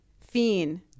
Fiend